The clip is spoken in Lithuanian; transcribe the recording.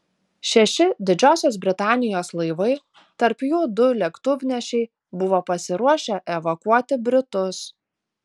šeši didžiosios britanijos laivai tarp jų du lėktuvnešiai buvo pasiruošę evakuoti britus